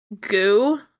goo